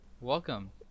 Welcome